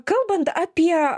kalbant apie